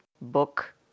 book